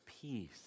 peace